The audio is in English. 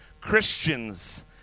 Christians